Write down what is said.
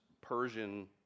Persian